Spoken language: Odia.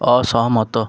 ଅସହମତ